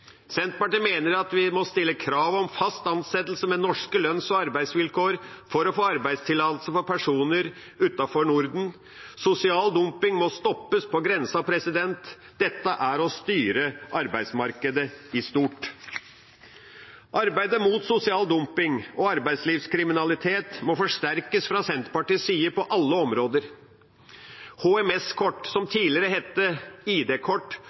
Senterpartiet mener at vi må stille krav om fast ansettelse med norske lønns- og arbeidsvilkår for å få arbeidstillatelse for personer utenfor Norden. Sosial dumping må stoppes på grensa. Dette er å styre arbeidsmarkedet i stort. Arbeidet mot sosial dumping og arbeidslivskriminalitet må forsterkes fra Senterpartiets side på alle områder. HMS-kort, som